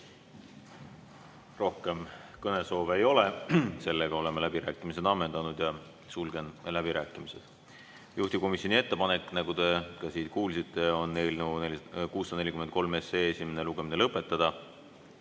Rohkem kõnesoove ei ole. Oleme läbirääkimised ammendanud ja sulgen läbirääkimised. Juhtivkomisjoni ettepanek, nagu te kuulsite, on eelnõu 643 esimene lugemine lõpetada.